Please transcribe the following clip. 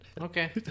Okay